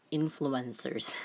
influencers